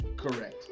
correct